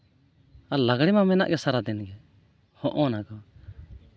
ᱟᱨ ᱞᱟᱜᱽᱲᱮ ᱢᱟ ᱢᱮᱱᱟᱜ ᱜᱮ ᱥᱟᱨᱟᱫᱤᱱ ᱦᱚᱜᱼᱚᱭᱱᱟ ᱜᱮ